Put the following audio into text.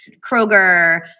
Kroger